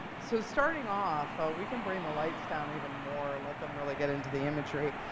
so starting off, we can bring the lights down even more. let them really get into the imagery.